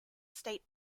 state